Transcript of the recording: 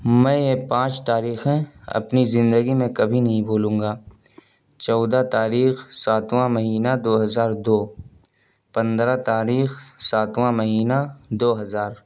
میں یہ پانچ تاریخیں اپنی زندگی میں کبھی نہیں بھولوں گا چودہ تاریخ ساتواں مہینہ دو ہزار دو پندرہ تاریخ ساتواں مہینہ دوہزار